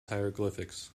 hieroglyphics